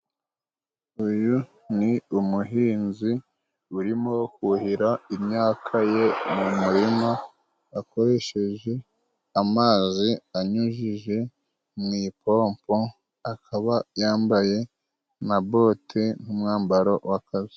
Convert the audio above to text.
Uyu ni umuhinzi， urimo kuhira imyaka ye mu murima，akoresheje amazi anyujije mu ipompo，akaba yambaye na bote nk'umwambaro w'akazi.